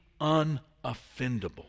unoffendable